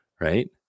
right